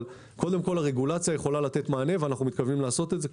אבל קודם כל הרגולציה יכולה לתת מענה ואנחנו מתכוונים לעשות את זה,